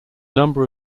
number